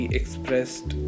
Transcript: expressed